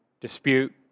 dispute